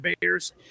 bears